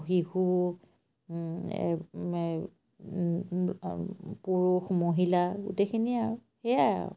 শিশু পুৰুষ মহিলা গোটেইখিনিয়ে আৰু সেয়াই আৰু